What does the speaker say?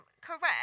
correct